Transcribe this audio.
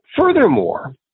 furthermore